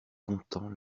contents